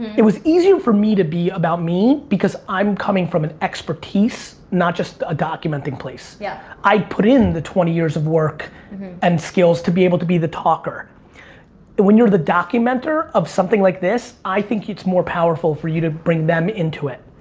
it was easier for me to be about me because i'm coming from an expertise not just a documenting place. yeah i put in the twenty years of work and skills to be able to be the talker. and when you're the documenter of something like this, i think it's more powerful for you to bring them into it.